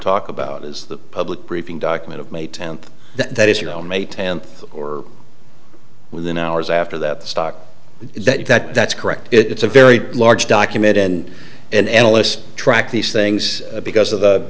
talk about is the public briefing document of may tenth that is you know may tenth or within hours after the stock that that that's correct it's a very large document and and analysts track these things because of